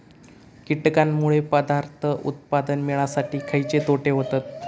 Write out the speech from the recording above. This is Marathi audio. कीटकांनमुळे पदार्थ उत्पादन मिळासाठी खयचे तोटे होतत?